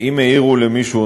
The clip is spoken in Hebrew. אם העירו למישהו,